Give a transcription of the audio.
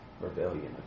rebellion